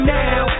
now